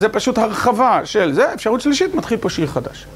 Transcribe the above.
זה פשוט הרחבה של זה, אפשרות שלישית מתחיל פה שיר חדש.